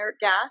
gas